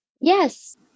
Yes